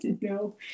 No